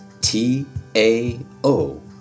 T-A-O